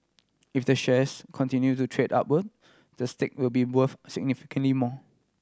if the shares continue to trade upward the stake will be worth significantly more